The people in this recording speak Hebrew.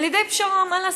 על ידי פשרה, מה לעשות?